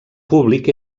públic